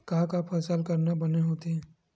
का का फसल करना बने होथे?